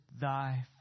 thy